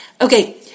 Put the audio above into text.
Okay